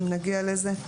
אם נגיע לזה.